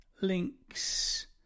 links